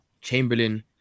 Chamberlain